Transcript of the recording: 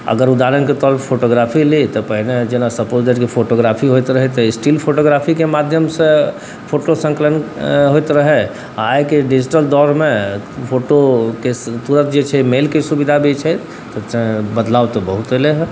अगर उदाहरणके तौर पर फोटोग्राफी ली तऽ पहिने जेना सपोज दैट फोटोग्राफी होइत रहै तऽ एस्टिल फोटोग्राफीके माध्यमसँ फोटो संकलन होइत रहै आओर आइके डिजिटल दौड़मे फोटोके तुरन्त जे छै मेलके सुविधा भी छै तऽ तेँ बदलाव तऽ बहुत अएलै हँ